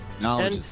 Knowledge